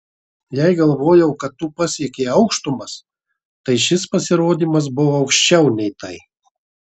jei galvojau kad tu pasiekei aukštumas tai šis pasirodymas buvo aukščiau nei tai